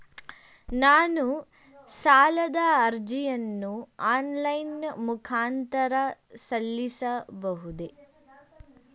ನಾನು ಸಾಲದ ಅರ್ಜಿಯನ್ನು ಆನ್ಲೈನ್ ಮುಖಾಂತರ ಸಲ್ಲಿಸಬಹುದೇ?